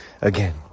Again